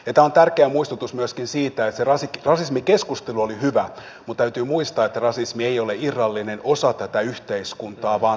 tämä on tärkeä muistutus myöskin siitä että se rasismikeskustelu oli hyvä mutta täytyy muistaa että rasismi ei ole irrallinen osa tätä yhteiskuntaa vaan se on rakenteissa